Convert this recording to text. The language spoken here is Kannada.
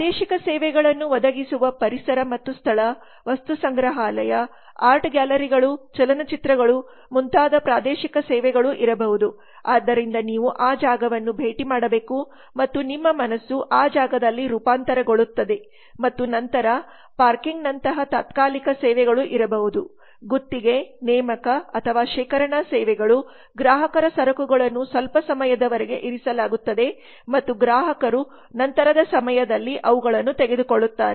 ಪ್ರಾದೇಶಿಕ ಸೇವೆಗಳನ್ನು ಒದಗಿಸುವ ಪರಿಸರ ಮತ್ತು ಸ್ಥಳ ವಸ್ತುಸಂಗ್ರಹಾಲಯ ಆರ್ಟ್ ಗ್ಯಾಲರಿಗಳು ಚಲನಚಿತ್ರಗಳು ಮುಂತಾದ ಪ್ರಾದೇಶಿಕ ಸೇವೆಗಳು ಇರಬಹುದು ಆದ್ದರಿಂದ ನೀವು ಆ ಜಾಗವನ್ನು ಭೇಟಿ ಮಾಡಬೇಕು ಮತ್ತು ನಿಮ್ಮ ಮನಸ್ಸು ಆ ಜಾಗದಲ್ಲಿ ರೂಪಾಂತರಗೊಳ್ಳುತ್ತದೆ ಮತ್ತು ನಂತರ ಪಾರ್ಕಿಂಗ್ನಂತಹ ತಾತ್ಕಾಲಿಕ ಸೇವೆಗಳು ಇರಬಹುದು ಗುತ್ತಿಗೆ ನೇಮಕ ಅಥವಾ ಶೇಖರಣಾ ಸೇವೆಗಳು 0908 ಗ್ರಾಹಕರ ಸರಕುಗಳನ್ನು ಸ್ವಲ್ಪ ಸಮಯದವರೆಗೆ ಇರಿಸಲಾಗುತ್ತದೆ ಮತ್ತು ಗ್ರಾಹಕರು ನಂತರದ ಸಮಯದಲ್ಲಿ ಅವುಗಳನ್ನು ತೆಗೆದುಕೊಳ್ಳುತ್ತಾರೆ